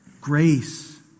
grace